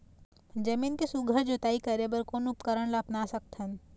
जमीन के सुघ्घर जोताई करे बर कोन उपकरण ला अपना सकथन?